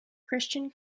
christian